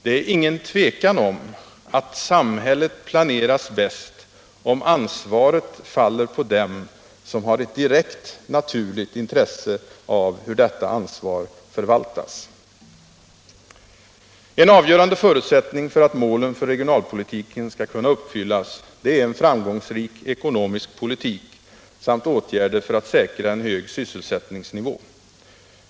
Det är inget tvivel om att samhället planeras bäst om ansvaret faller på dem som har ett direkt naturligt intresse av hur detta ansvar förvaltas. En avgörande förutsättning för att målen för regionalpolitiken skall kunna uppfyllas är en framgångsrik ekonomisk politik samt aktiva åtgärder för att säkra en hög sysselsättningsnivå.